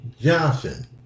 Johnson